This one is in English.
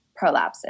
prolapses